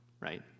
right